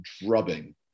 drubbing